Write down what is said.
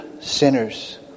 sinners